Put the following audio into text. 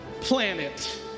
planet